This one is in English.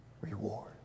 reward